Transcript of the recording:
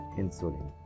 insulin